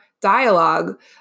dialogue